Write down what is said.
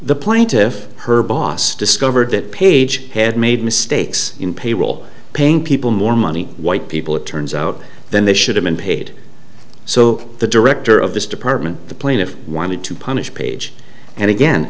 the plaintiff her boss discovered that page had made mistakes in payroll paying people more money white people it turns out than they should have been paid so the director of this department the plaintiff wanted to punish page and again